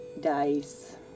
dice